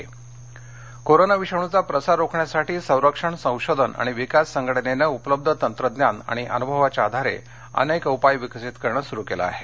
DRDO corona विषाणूचा प्रसार रोखण्यासाठी संरक्षण संशोधन आणि विकास संघटनेनं उपलब्ध तंत्रज्ञान आणि अनुभवाच्या आधारे अनेक उपाय विकसित करणं सुरु ठेवलं आहे